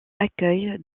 accueille